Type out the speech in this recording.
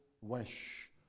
wish